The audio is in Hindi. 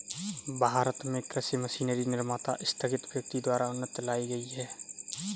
भारत में कृषि मशीनरी निर्माता स्थगित व्यक्ति द्वारा उन्नति लाई गई है